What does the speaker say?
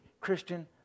Christian